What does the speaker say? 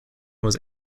was